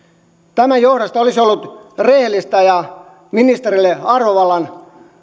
tämän johdosta olisi ollut rehellistä ja ministerin arvovallan